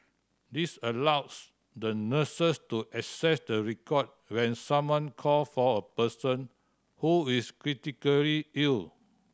this allows the nurses to access the record when someone call for a person who is critically ill